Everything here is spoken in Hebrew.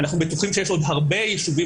אנחנו בטוחים שיש עוד הרבה יישובים